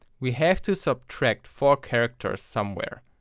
we have to subtract four characters somewhere.